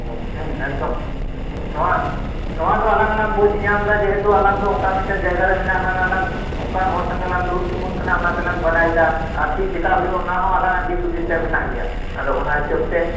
ᱦᱮᱸ ᱮᱠᱫᱚᱢ ᱱᱚᱣᱟ ᱱᱚᱣᱟᱫᱚ ᱟᱞᱟᱝᱞᱟᱝ ᱵᱩᱡᱷᱧᱟᱢ ᱮᱫᱟ ᱡᱮᱦᱮᱛᱩ ᱟᱞᱟᱝᱫᱚ ᱚᱱᱠᱟᱱᱟᱜ ᱢᱤᱫᱴᱟᱝ ᱡᱟᱭᱜᱟᱨᱮ ᱢᱮᱱᱟᱜ ᱞᱟᱝᱟ ᱞᱟᱝ ᱚᱱᱠᱟᱱ ᱦᱚᱲ ᱥᱚᱸᱜᱮ ᱞᱟᱝ ᱫᱩᱲᱩᱵ ᱛᱤᱸᱜᱩᱱ ᱠᱟᱱᱟ ᱚᱱᱟᱛᱮᱞᱟᱝ ᱵᱟᱰᱟᱭᱮᱫᱟ ᱟᱨ ᱪᱮᱫ ᱪᱮᱠᱟ ᱦᱩᱭᱩᱜ ᱟ ᱚᱱᱟᱦᱚᱸ ᱟᱞᱟᱝᱼᱟᱜ ᱫᱤᱥᱦᱩᱫᱤᱥ ᱨᱮ ᱢᱮᱱᱟᱜ ᱜᱮᱭᱟ ᱟᱫᱚ ᱚᱱᱟ ᱦᱤᱥᱟᱹᱵ ᱛᱮ